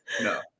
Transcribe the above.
No